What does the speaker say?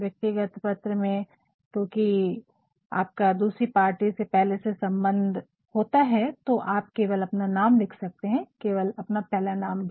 व्यक्तिगत पत्र में क्योकि आपका दूसरी पार्टी से पहले से ही सम्बन्ध होता है तो आप केवल अपना नाम लिख सकते है केवल अपना पहला नाम भी